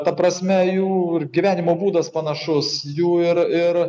ta prasme jų gyvenimo būdas panašus jų ir ir